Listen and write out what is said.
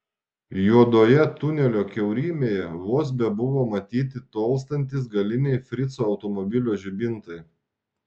juodoje tunelio kiaurymėje vos bebuvo matyti tolstantys galiniai frico automobilio žibintai